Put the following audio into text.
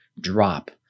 drop